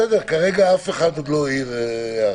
כרגע אף אחד עוד לא העיר הערה.